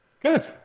Good